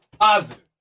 positive